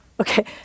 Okay